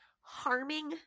harming